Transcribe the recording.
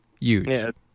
Huge